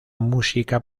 música